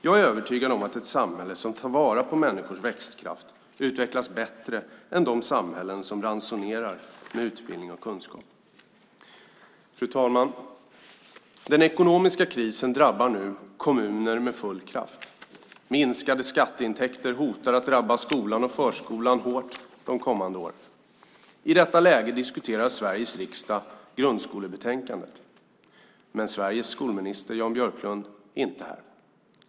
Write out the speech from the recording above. Jag är övertygad om att ett samhälle som tar vara på människors växtkraft utvecklas bättre än de samhällen som ransonerar utbildning och kunskap. Fru talman! Den ekonomiska krisen drabbar nu kommuner med full kraft. Minskade skatteintäkter hotar att drabba skolan och förskolan hårt de kommande åren. I detta läge diskuterar Sveriges riksdag grundskolebetänkandet - men Sveriges skolminister, Jan Björklund, är inte här.